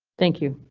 thank you,